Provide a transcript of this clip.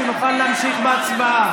נא לשבת.